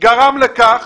וגרם לכך